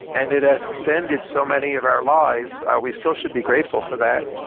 and it has extended so many of our lives. we still should be grateful for that.